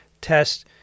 test